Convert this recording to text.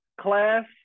class